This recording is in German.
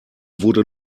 wurde